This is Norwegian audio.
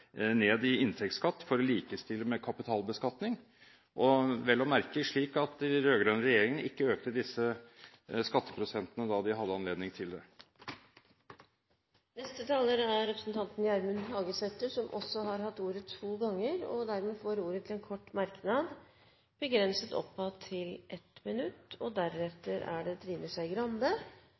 ned i inntektsskatt for å likestille med kapitalbeskatning – og vel å merke slik at den rød-grønne regjeringen ikke økte disse skatteprosentene da de hadde anledning til det. Representanten Gjermund Hagesæter har også hatt ordet to ganger tidligere og får ordet til en kort merknad, begrenset til 1 minutt. Det er